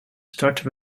starten